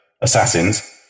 assassins